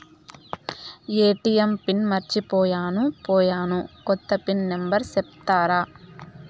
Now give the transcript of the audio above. ATM pin మర్చిపోయాను పోయాను, కొత్త పిన్ నెంబర్ సెప్తారా?